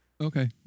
Okay